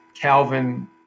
Calvin